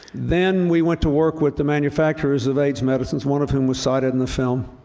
then we went to work with the manufacturers of aids medicines, one of whom was cited in the film,